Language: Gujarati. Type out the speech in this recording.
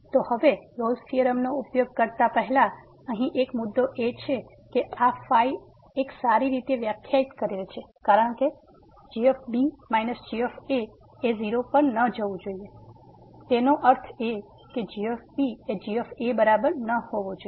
તો હવે રોલ્સRolle's થીયોરમનો ઉપયોગ કરતા પહેલા અહીં એક મુદ્દો છે કે આ એક સારી રીતે વ્યાખ્યાયિત કરેલ છે કારણ કે g b g 0 પર ન જવું જોઈએ તેનો અર્થ એ કે g એ g a બરાબર ન હોવો જોઈએ